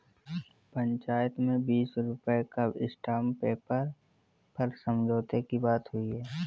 पंचायत में बीस रुपए का स्टांप पेपर पर समझौते की बात हुई है